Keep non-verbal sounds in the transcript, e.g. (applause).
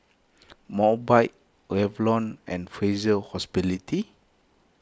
Mobike Revlon and Fraser (unintelligible)